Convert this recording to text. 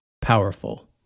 powerful